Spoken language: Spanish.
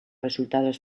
resultados